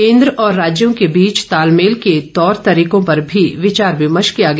केन्द्र और राज्यों के बीच तालमेल के तौर तरीकों पर भी विचार विमर्श किया गया